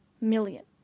million